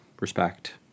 respect